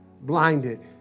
blinded